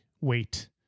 wait